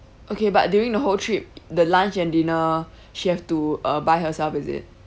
okay but during the whole trip the lunch and dinner she have to uh buy herself is it